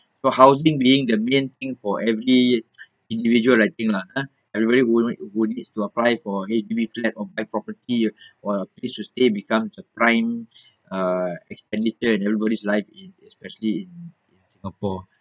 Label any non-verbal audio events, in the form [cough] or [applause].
for housing being the main thing for every individual I think lah ah everybody would like would need to apply for H_D_B flat of and property [breath] or place to stay becomes a prime uh expenditure in everybody's life in especially in in singapore [breath]